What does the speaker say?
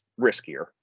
riskier